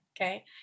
Okay